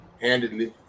handedly